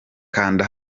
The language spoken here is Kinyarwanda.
kanda